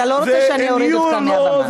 אתה לא רוצה שאני אוריד אותך מהבמה.